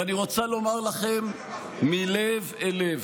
ואני רוצה לומר לכם מלב אל לב: